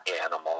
animal